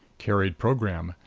carried program.